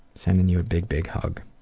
sending you a big, big hug.